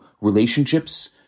relationships